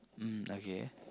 mm okay